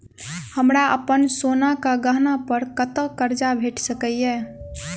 हमरा अप्पन सोनाक गहना पड़ कतऽ करजा भेटि सकैये?